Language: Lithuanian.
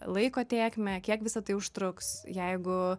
laiko tėkmę kiek visa tai užtruks jeigu